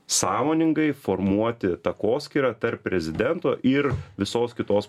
sąmoningai formuoti takoskyrą tarp prezidento ir visos kitos